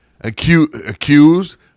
Accused